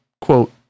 quote